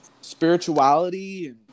spirituality